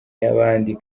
y’abandi